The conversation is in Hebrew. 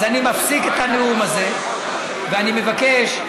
אז אני מפסיק את הנאום הזה ואני מבקש,